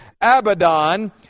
Abaddon